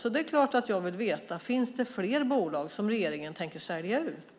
Därför är det klart att jag vill veta om det finns fler bolag som regeringen tänker sälja ut.